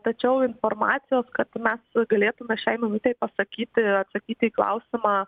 tačiau informacijos kad mes galėtume šiai minutei pasakyti atsakyti į klausimą